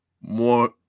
more